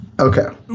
okay